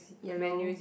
yellow